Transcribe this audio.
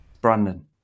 Brandon